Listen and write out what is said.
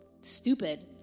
stupid